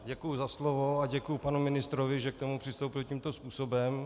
Děkuji za slovo a děkuji panu ministrovi, že k tomu přistoupil tímto způsobem.